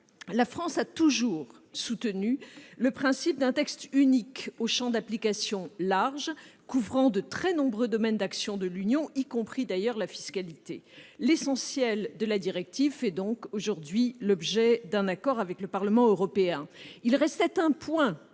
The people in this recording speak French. La France a toujours soutenu le principe d'un texte unique, au champ d'application large, couvrant de très nombreux domaines d'action de l'Union, y compris, d'ailleurs, la fiscalité. Aujourd'hui, l'essentiel de la directive fait donc l'objet d'un accord avec le Parlement européen. Il restait un point